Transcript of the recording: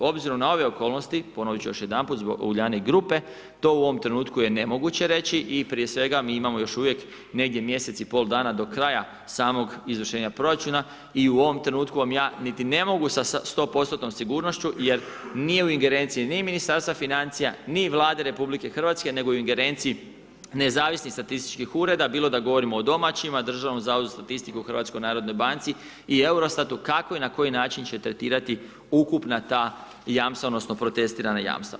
Obzirom na ove okolnosti, ponoviti ću još jedanput zbog Uljanik grupe, to u ovom trenutku je nemoguće reći i prije svega mi imamo još uvijek negdje mjesec i pol dana do kraja samog izvršenja proračuna i u ovom trenutku vam ja niti ne mogu sa 100%-tnom sigurnošću, jer nije u ingerenciji ni Ministarstva financija, ni Vlade RH, nego u ingerenciji Nezavisnih statističkih ureda, bilo da govorimo o domaćima, Državnom zavodu za statistiku, HNB-u i Eurostatu kako i na koji način će tretirati ukupna ta jamstva odnosno protestirana jamstva.